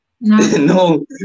No